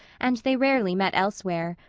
and they rarely met elsewhere.